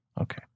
Okay